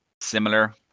similar